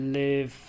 live